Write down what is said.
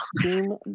team